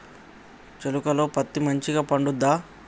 చేలుక లో పత్తి మంచిగా పండుద్దా?